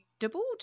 doubled